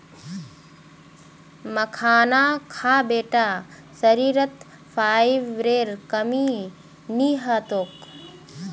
मखाना खा बेटा शरीरत फाइबरेर कमी नी ह तोक